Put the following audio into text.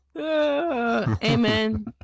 Amen